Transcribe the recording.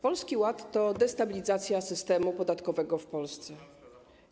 Polski Ład to destabilizacja systemu podatkowego w Polsce.